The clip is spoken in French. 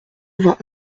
vingt